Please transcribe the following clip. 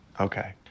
Okay